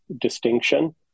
distinction